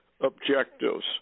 objectives